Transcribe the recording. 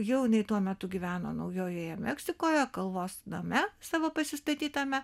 jau jinai tuo metu gyveno naujojoje meksikoje kalvos name savo pasistatytame